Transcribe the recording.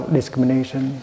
discrimination